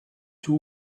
two